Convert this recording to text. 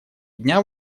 дня